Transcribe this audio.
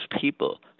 people